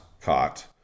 caught